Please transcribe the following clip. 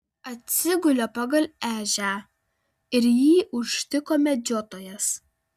atsigulė pagal ežią ir jį užtiko medžiotojas